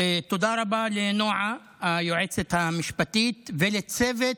תודה רבה לנועה, היועצת המשפטית, ולצוות